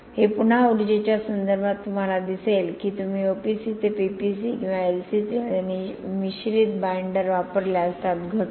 हे पुन्हा उर्जेच्या संदर्भात तुम्हाला दिसेल की तुम्ही OPC ते PPC किंवा LC3 मध्ये मिश्रित बाईंडर वापरल्यास त्यात घट होते